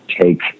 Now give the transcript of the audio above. take